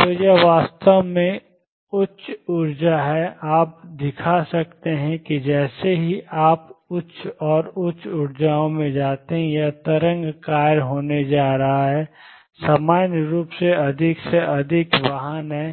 तो यह वास्तव में उच्च ऊर्जा है आप दिखा सकते हैं कि जैसे ही आप उच्च और उच्च ऊर्जाओं में जाते हैं ये तरंग कार्य होने जा रहे हैं सामान्य रूप से अधिक से अधिक वाहन हैं